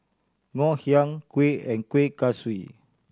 Ngoh Hiang kuih and Kueh Kaswi